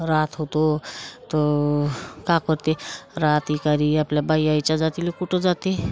रहात होतो तर का करते रात एकारी आपल्या बाई आईच्या जातीले कुठं जाते